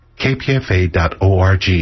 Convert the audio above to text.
kpfa.org